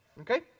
okay